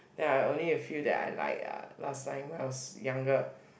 ya only you feel that I like ah last time when I was younger